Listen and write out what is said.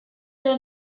ere